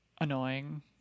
annoying